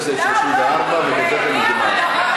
ובזה זה נגמר.